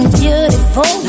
beautiful